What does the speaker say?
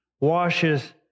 washes